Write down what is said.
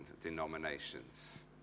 denominations